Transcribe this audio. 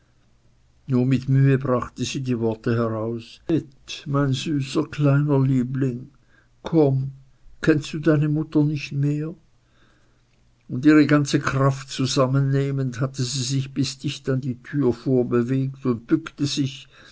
nur mit mühe brachte sie die worte heraus heth mein süßer kleiner liebling komm kennst du deine mutter nicht mehr und ihre ganze kraft zusammen nehmend hatte sie sich bis dicht an die türe vorbewegt und bückte sich